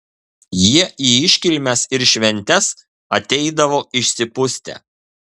jie į iškilmes ir šventes ateidavo išsipustę